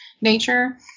nature